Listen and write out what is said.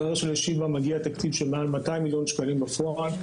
מתברר שלשיבא מגיע תקציב של מעל 200 מיליון שקלים בפועל,